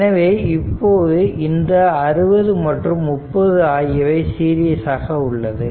எனவே இப்போது இந்த 60 மற்றும் 30 ஆகியவை சீரிஸ் ஆக உள்ளது